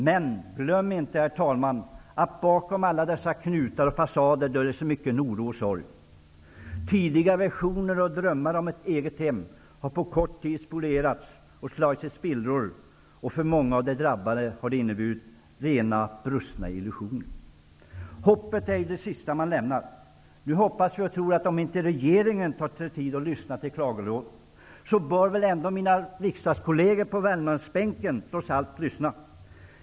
Men glöm inte, herr talman, att bakom alla dessa husknutar och fasader döljer sig mycken oro och sorg. Tidigare visioner och drömmar om ett eget hem har på kort tid slagits i spillror. För många av de drabbade har det inneburit brustna illusioner. Hoppet är det sista man överger. Nu hoppas vi och tror att om inte regeringen tar sig tid att lyssna till klagolåten bör väl ändå mina riksdagskolleger på Värmlandsbänken trots allt lyssna.